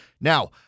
Now